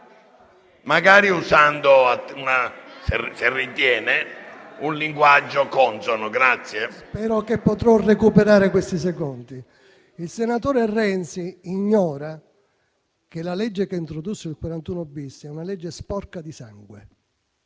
magari usando, se ritiene, un linguaggio consono. SCARPINATO *(M5S)*. Spero che potrò recuperare questi secondi. Il senatore Renzi ignora che la legge che introdusse il 41-*bis* è una legge sporca di sangue,